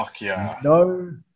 No